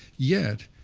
yet,